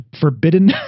forbidden